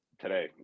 today